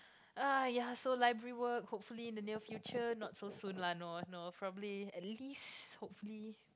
uh ya so library work hopefully in the near future not so soon lah no no probably at least hopefully